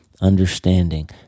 understanding